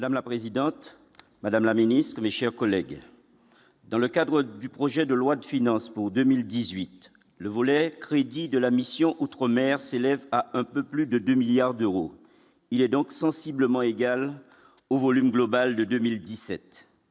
Madame la présidente, Madame la Ministre, mes chers collègues, dans le cadre du projet de loi de finances pour 2018 le volet crédits de la mission outre-mer s'élève à un peu plus de 2 milliards d'euros, il est donc sensiblement égale au volume global de 2017